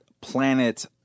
Planet